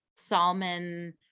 Salman